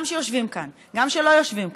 גם שיושבים כאן וגם שלא יושבים כאן,